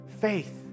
faith